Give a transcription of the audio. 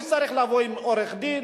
הוא יצטרך לבוא עם עורך-דין,